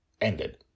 ended